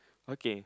okay